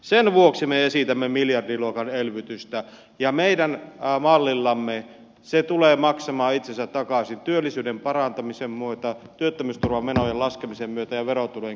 sen vuoksi me esitämme miljardiluokan elvytystä ja meidän mallillamme se tulee maksamaan itsensä takaisin työllisyyden parantumisen myötä työttömyysturvamenojen laskemisen myötä ja verotulojen kehittymisen myötä